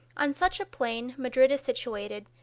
on such a plain madrid is situated,